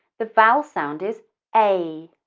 the vowel sound is ay